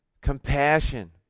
compassion